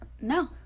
no